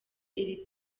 iri